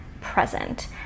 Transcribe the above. present